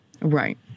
right